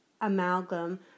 amalgam